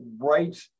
right